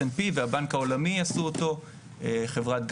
S.M.P והבנק העולמי עשו אותו חברת "גאלופ",